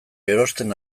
erosten